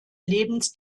lebens